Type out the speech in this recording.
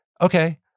okay